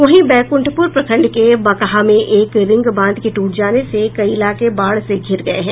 वहीं बैक्रंठप्रर प्रखंड के बकहा में एक रिंग बांध के टूट जाने से कई इलाके बाढ़ से घिर गये हैं